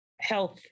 health